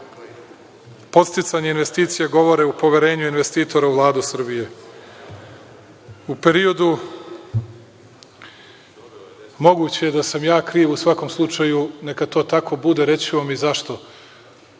podsticanja investicija govore o poverenju investitora u Vladu Srbije. U periodu …Moguće je da sam ja kriv. U svakom slučaju neka to tako bude. Reći ću vam i zašto